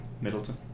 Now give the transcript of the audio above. Middleton